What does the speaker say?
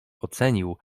ocenił